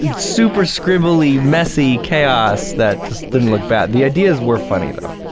and super scribbly messy chaos that just didn't look bad. the ideas were funny though.